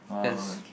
cause